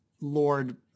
Lord